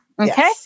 Okay